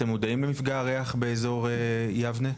אתם מודעים למפגע הריח באזור יבנה?